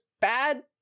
bad